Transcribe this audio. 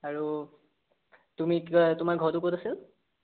আৰু তুমি কিবা তোমাৰ ঘৰটো ক'ত আছিল